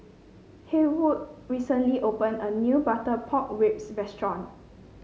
Haywood recently opened a new Butter Pork Ribs restaurant